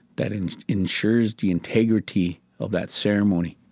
that and ensures the integrity of that ceremony